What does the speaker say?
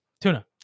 Tuna